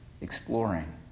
Exploring